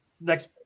next